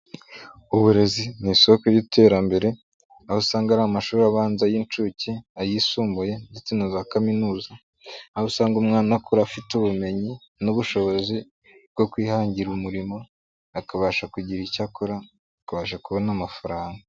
Uburezi ni isoko y'iterambere, aho usanga ari amashuri abanza y'inshuke, ayisumbuye ndetse na za kaminuza, aho usanga umwana akura afite ubumenyi n'ubushobozi bwo kwihangira umurimo, akabasha kugira icyo akora, akabasha kubona amafaranga.